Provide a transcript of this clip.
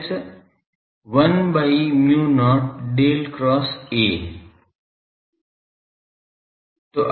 H 1 by mu not Del cross A है